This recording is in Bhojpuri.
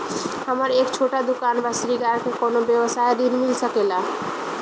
हमर एक छोटा दुकान बा श्रृंगार के कौनो व्यवसाय ऋण मिल सके ला?